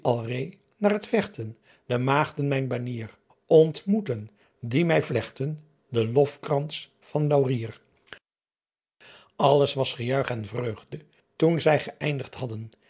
na t vechten e aegden mijn banier ntmoeten die my vlechten en lofkrans van laurier lles was gejuich en vreugde toen zij geeindigd hadden